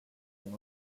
und